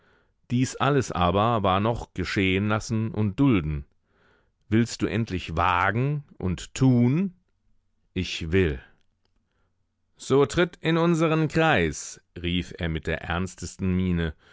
dies alles aber war noch geschehenlassen und dulden willst du endlich wagen und tun ich will so tritt in unseren kreis rief er mit der ernstesten miene